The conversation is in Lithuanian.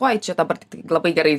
oi čia dabar tiktai labai gerai jūs